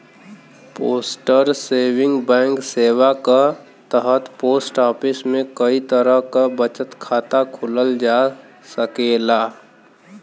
postal saving bank सेवा क तहत पोस्ट ऑफिस में कई तरह क बचत खाता खोलल जा सकेला